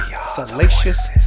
salacious